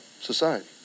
society